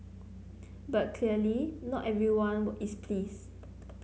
but clearly not everyone is pleased